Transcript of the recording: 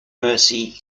mersey